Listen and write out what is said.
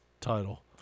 title